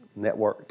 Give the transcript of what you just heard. networked